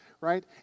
right